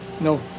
No